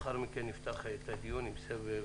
ולאחר מכן נפתח את הדיון עם סבב.